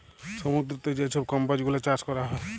সমুদ্দুরেতে যে ছব কম্বজ গুলা চাষ ক্যরা হ্যয়